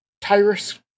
Tyrus